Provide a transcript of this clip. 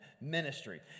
ministry